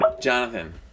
Jonathan